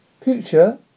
future